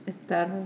Estar